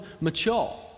mature